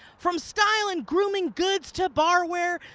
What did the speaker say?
from style and grooming goods, to barware,